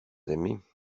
aimés